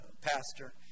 pastor